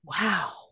wow